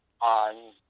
on